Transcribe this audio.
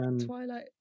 twilight